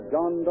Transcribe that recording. John